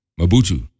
Mabutu